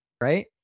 Right